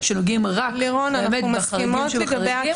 אנו מוכנים שם להעלות את הרף ולקבוע